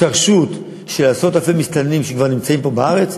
בהשתרשות של עשרות-אלפי מסתננים שכבר נמצאים פה בארץ,